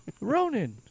Ronan